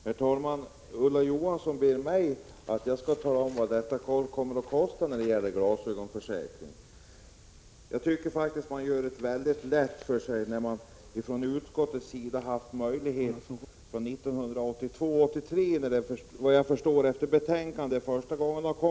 Herr talman! Ulla Johansson ber mig att jag skall tala om vad en glasögonförsäkring kommer att kosta. Jag tycker faktiskt att hon gör det mycket lätt för sig. Utskottet har ju haft möjlighet att ta reda på detta från 1982/83 när försäkringen, såvitt jag förstår av betänkandet, första gången togs upp.